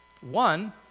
One